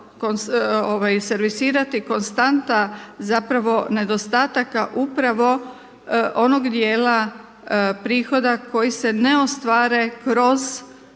servisirati, konstantna zapravo nedostataka upravo onog dijela prihoda koji se ne ostvare kroz